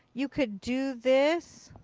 you could do this,